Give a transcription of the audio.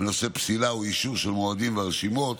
בנושא פסילה או אישור של המועמדים והרשימות.